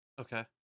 Okay